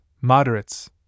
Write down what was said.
moderates